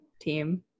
team